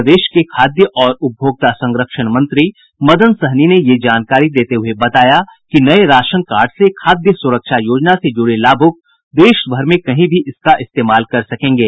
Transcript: प्रदेश के खाद्य और उपभोक्ता संरक्षण मंत्री मदन सहनी ने यह जानकारी देते हुए बताया कि नये राशन कार्ड से खाद्य सुरक्षा योजना से जुड़े लाभुक देश भर में कहीं भी इसका इस्तेमाल कर सकेंगे